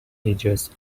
ages